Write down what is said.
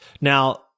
Now